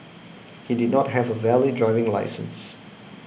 he did not have a valid driving licence